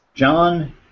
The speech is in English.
John